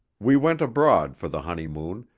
we went abroad for the honeymoon,